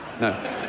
No